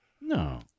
No